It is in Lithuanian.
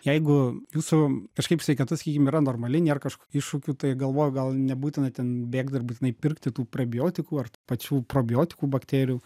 jeigu jūsų kažkaip sveikata sakykim yra normali nėr kažkokių iššūkių tai galvoju gal nebūtina ten bėgt ir būtinai pirkti tų prebiotikų ar tų pačių probiotikų bakterijų